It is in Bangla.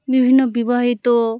বিভিন্ন বিবাহিত